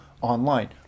online